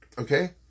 Okay